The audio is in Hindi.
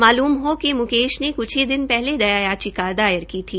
मालूम हो मुकेश ने कुछ ही पहले दया याचिका दायर की थी